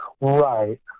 Right